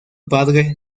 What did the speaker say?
padre